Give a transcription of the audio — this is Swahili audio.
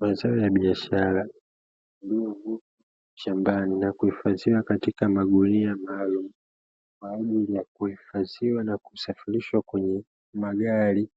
Mazao ya biashara, yaliyovunwa shambani na kuhifadhiwa katika magunia maalumu, kwa ajili ya kuhifadhiwa na kusafirishwa kwenye magari,